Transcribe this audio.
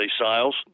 sales